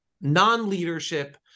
non-leadership